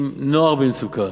עם נוער במצוקה,